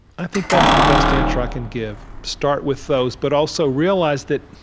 i think that's the best answer i can give. start with those, but also realize that,